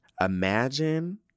imagine